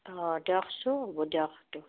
অঁ দিয়কচোন হ'ব দিয়ক দিয়ক